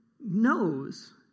knows